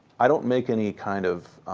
i don't make any kind of